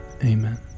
Amen